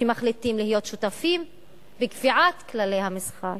שמחליטים להיות שותפים בקביעת כללי המשחק,